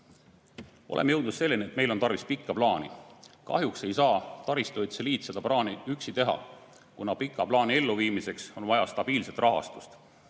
Oleme jõudnud selleni, et meil on tarvis pikka plaani. Kahjuks ei saa taristuehituse liit seda plaani üksi teha, kuna pika plaani elluviimiseks on vaja stabiilset rahastust.